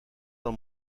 del